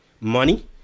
Money